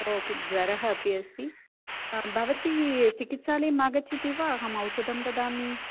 ओ के ज्वरः अपि अस्ति हा भवती चिकित्सालयं न आगच्छति वा अहम् औषधं ददामि